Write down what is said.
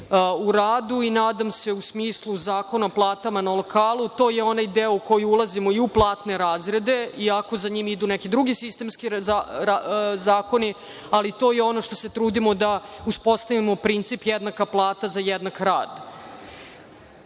u radu i nadam se, u smislu zakona o platama na lokalu, to je onaj deo u koji ulazimo i u platne razrede, iako za njim idu neke drugi sistemski zakoni, ali to je ono što se trudimo da uspostavimo princip jednaka plata za jednak rad. Onda